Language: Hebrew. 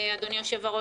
אדוני היושב-ראש,